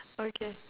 okay